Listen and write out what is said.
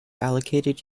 allocated